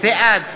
בעד